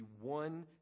one